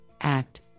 act